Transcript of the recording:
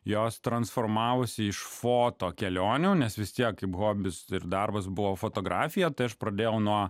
jos transformavosi iš foto kelionių nes vis tiek kaip hobis ir darbas buvo fotografija tai aš pradėjau nuo